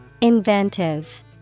Inventive